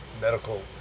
medical